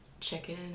chicken